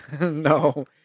No